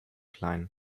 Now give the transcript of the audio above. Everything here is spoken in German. kleinen